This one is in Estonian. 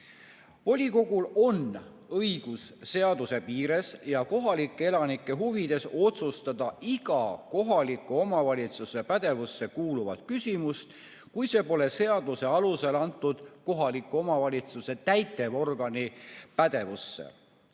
Volikogul on õigus seaduse piires ja kohalike elanike huvides otsustada iga kohaliku omavalitsuse pädevusse kuuluvat küsimust, kui see pole seaduse alusel antud kohaliku omavalitsuse täitevorgani pädevusse.